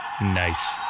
Nice